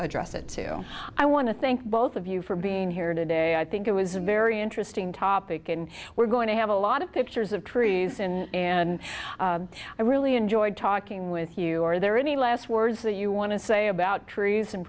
address it to i want to thank both of you for being here today i think it was a very interesting topic and we're going to have a lot of pictures of trees in and i really enjoyed talking with you are there any last words that you want to say about trees and